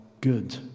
good